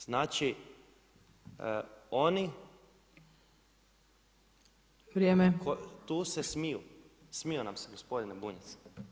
Znači oni, tu se smiju, smiju nam se gospodine Bunjac.